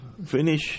finish